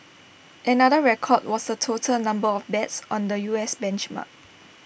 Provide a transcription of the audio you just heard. another record was the total number of bets on the U S benchmark